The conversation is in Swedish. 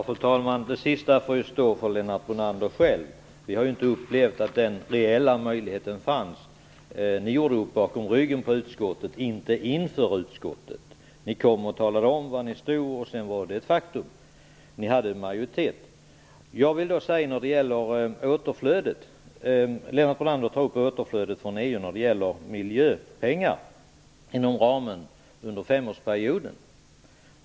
Fru talman! Det sista får Lennart Brunander stå för själv. Vi har inte upplevt att någon reell möjlighet fanns. Ni gjorde upp bakom ryggen på utskottet, inte inför utskottet. Ni kom och talade om var ni stod, och sedan var det ett faktum. Ni hade en majoritet. Lennart Brunander tar upp frågan om återflödet av miljöpengar från EU inom ramen för en femårsperiod.